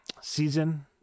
season